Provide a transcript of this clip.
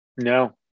No